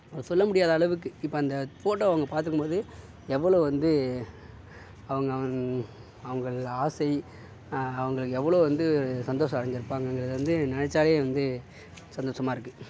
சொல்ல முடியாத அளவுக்கு இப்போ அந்த ஃபோட்டோவை அவங்க பார்த்துருக்கும் போது எவ்வளோ வந்து அவங்க அவுங் அவங்கள் ஆசை அவங்களுக்கு எவ்வளோ வந்து சந்தோஷம் அடைஞ்சுருப்பாங்கங்கிறத வந்து நினைச்சாலே வந்து சந்தோஷமாக இருக்குது